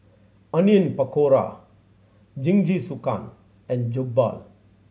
Onion Pakora Jingisukan and Jokbal